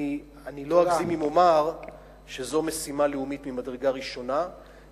אני לא אגזים אם אומר שזו משימה לאומית ממדרגה ראשונה,